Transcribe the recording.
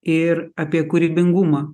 ir apie kūrybingumą